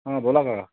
हा बोला दादा